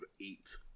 Eight